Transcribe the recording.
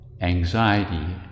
anxiety